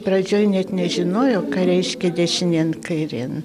pradžioj net nežinojau ką reiškia dešinėn kairėn